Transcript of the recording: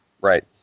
Right